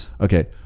okay